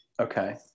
Okay